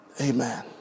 Amen